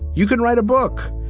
you can write a book.